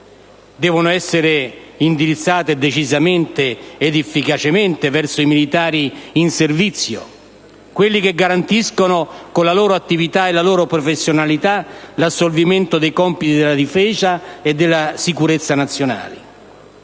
Devono essere indirizzate decisamente e efficacemente verso i militari in servizio, quelli che garantiscono con la loro attività e la loro professionalità l'assolvimento dei compiti della difesa e della sicurezza nazionale.